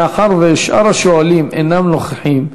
מאחר ששאר השואלים אינם נוכחים,